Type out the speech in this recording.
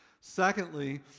Secondly